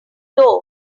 door